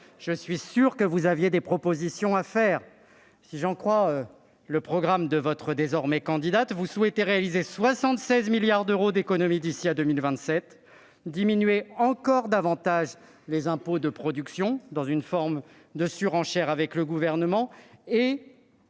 Républicains, que vous aviez tant de propositions à faire ! Si j'en crois le programme de votre candidate Valérie Pécresse, vous souhaitez réaliser 76 milliards d'euros d'économies d'ici à 2027, diminuer encore davantage les impôts de production, dans une forme de surenchère avec le Gouvernement, et